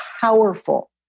powerful